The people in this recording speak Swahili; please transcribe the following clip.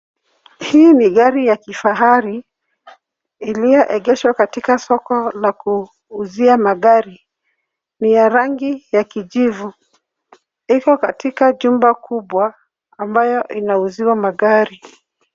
Hii ni gari ya kifahari iliyoegeshwa katika soko la kuuzia magari. Ni ya rangi ya kijivu. Iko katika jumba kubwa ambayo inauziwa magari.